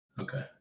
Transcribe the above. Okay